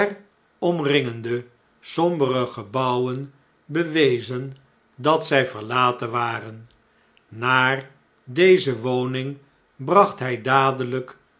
omringende sombere gebouwen bewezen dat zjj verlaten waren naar deze woning bracht hii dadeln'k